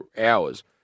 hours